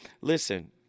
Listen